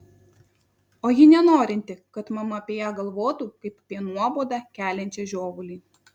o ji nenorinti kad mama apie ją galvotų kaip apie nuobodą keliančią žiovulį